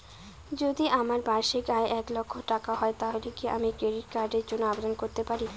যদি আমার বার্ষিক আয় এক লক্ষ টাকা হয় তাহলে কি আমি ক্রেডিট কার্ডের জন্য আবেদন করতে পারি?